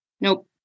Nope